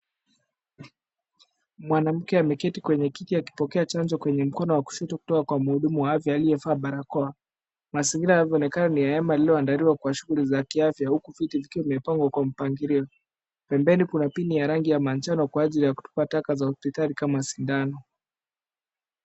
Mwanamke ameketi kwenye kiti akipokea chanjo kwenye mkono wa kushoto kutoka kwa mhudumu wa afya aliyevaa barakoa, mazingira yanaonekana ni ya hema yaliyoandaliwa kwa shughuli za kiafya, huku viti vikiwa vimepangwa kwa mpangilio. Pembeni kuna bin ya rangi ya manjano kwa ajili ya kutupa taka za hospitali kama sindano.